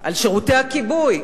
על שירותי הכיבוי.